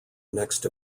next